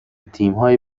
تیمهای